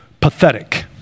pathetic